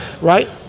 Right